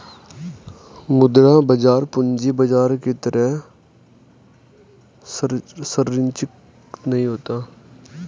मुद्रा बाजार पूंजी बाजार की तरह सरंचिक नहीं होता